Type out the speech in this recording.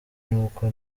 nuko